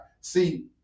see